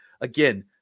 again